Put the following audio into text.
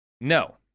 No